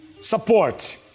support